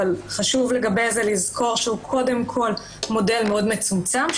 אבל חשוב לזכור שהוא קודם כול מודל מצומצם מאוד,